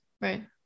Right